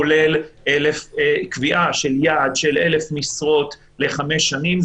כולל קביעת יעד של 1,000 משרות לחמש שנים.